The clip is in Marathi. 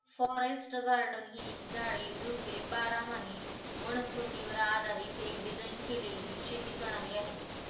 फॉरेस्ट गार्डन ही झाडे, झुडपे बारामाही वनस्पतीवर आधारीत एक डिझाइन केलेली शेती प्रणाली आहे